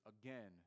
again